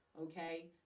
okay